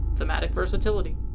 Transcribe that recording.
thematic versatility.